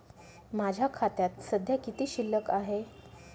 माझ्या खात्यात सध्या किती शिल्लक आहे?